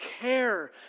care